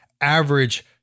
average